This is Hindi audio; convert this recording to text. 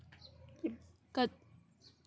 कद्दू की फसल के लिए कितने पानी की आवश्यकता होती है?